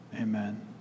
Amen